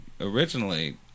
originally